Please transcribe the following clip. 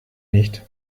nicht